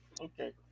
Okay